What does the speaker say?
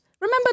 remember